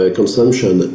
consumption